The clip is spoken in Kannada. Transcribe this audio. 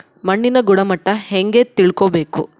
ಮಣ್ಣಿನ ಗುಣಮಟ್ಟ ಹೆಂಗೆ ತಿಳ್ಕೊಬೇಕು?